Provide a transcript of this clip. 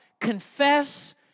Confess